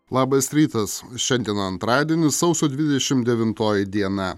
labas rytas šiandien antradienis sausio dvidešim devintoji diena